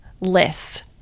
lists